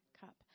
cup